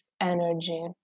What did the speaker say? energy